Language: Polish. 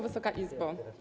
Wysoka Izbo!